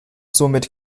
somit